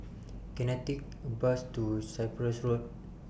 Can I Take A Bus to Cyprus Road